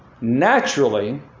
naturally